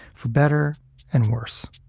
for better and worse